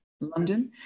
london